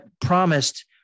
promised